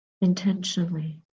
intentionally